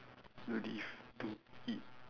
live to eat